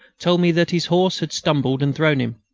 told me that his horse had stumbled and thrown him.